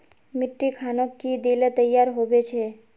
मिट्टी खानोक की दिले तैयार होबे छै?